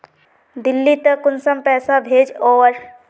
दिल्ली त कुंसम पैसा भेज ओवर?